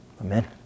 Amen